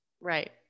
Right